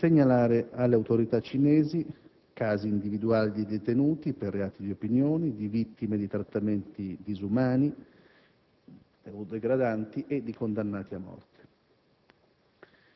per segnalare alle autorità cinesi casi individuali di detenuti per reati di opinione, di vittime di trattamenti inumani e degradanti e di condannati a morte.